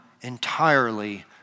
entirely